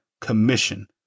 commission